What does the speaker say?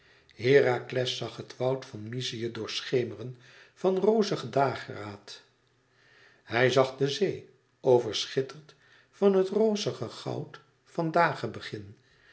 herakles zag het woud van myzië doorschemeren van rozige dageraad hij zag de zee overschitterd van het rozige goud van dagebegin en